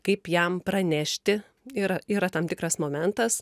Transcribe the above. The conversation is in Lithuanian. kaip jam pranešti yra yra tam tikras momentas